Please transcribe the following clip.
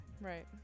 Right